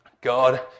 God